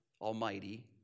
Almighty